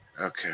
Okay